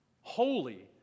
holy